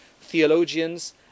theologians